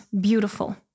beautiful